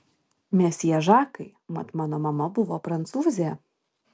mesjė žakai mat mano mama buvo prancūzė